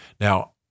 Now